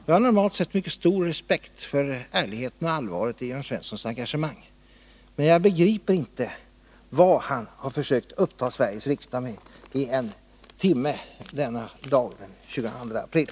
Jag har normalt mycket stor respekt för ärligheten och allvaret i Jörn Svenssons engagemang, men jag begriper inte vad han har försökt uppta Sveriges riksdag med i en timme denna dag, den 22 april.